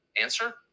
Answer